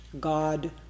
God